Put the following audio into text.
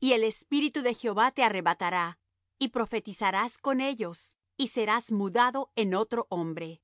y el espíritu de jehová te arrebatará y profetizarás con ellos y serás mudado en otro hombre